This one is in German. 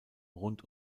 rund